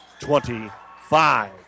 25